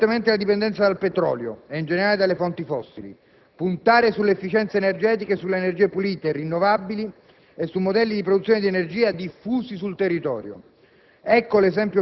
Ridurre fortemente la dipendenza dal petrolio e, in generale dalle fonti fossili, puntare sull'efficienza energetica e sulle energie pulite, rinnovabili e su modelli di produzione di energia diffusi sul territorio: